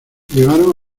llegaron